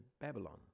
Babylon